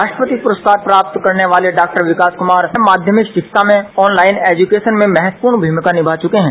राष्ट्रपति पुरस्कार प्राप्त करने वाले डॉ विकास कुमार माध्यमिक शिक्षा में ऑन लाईन एजुकेशन में महत्वपूर्ण भूमिका निभा चुके हैं